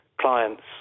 clients